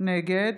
נגד